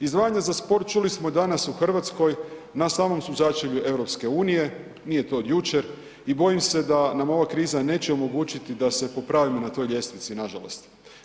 Izdvajanje za sport čuli smo danas u Hrvatskoj na samom su začelju EU, nije to od jučer i bojim se da nam ova kriza neće omogućiti da se popravimo na toj ljestvici nažalost.